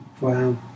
Wow